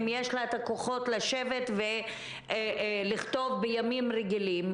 אם יש לה את הכוחות לשבת ולכתוב בימים רגילים.